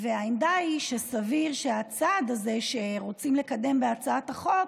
והעמדה היא שסביר שהצעד הזה שרוצים לקדם בהצעת החוק